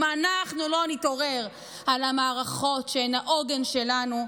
אם אנחנו לא נתעורר על המערכות שהן העוגן שלנו,